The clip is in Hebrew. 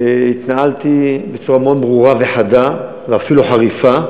התנהלתי בצורה מאוד ברורה וחדה ואפילו חריפה